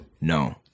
no